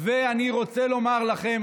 אני רוצה לומר לכם,